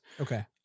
okay